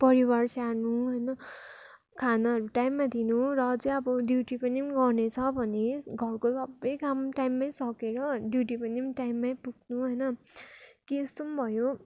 परिवार स्याहार्नु होइन खानाहरू टाइममा दिनु र अझै अब ड्युटी पनि गर्ने छ भने घरको सबै काम टाइममै सकेर ड्युटी पनि टाइममै पुग्नु होइन कि यस्तो पनि भयो